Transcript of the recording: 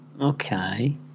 Okay